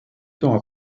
temps